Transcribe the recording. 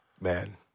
Man